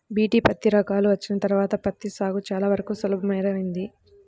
BT పత్తి రకాలు వచ్చిన తర్వాత పత్తి సాగు చాలా వరకు సులభతరమైంది